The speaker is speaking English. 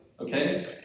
Okay